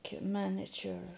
manager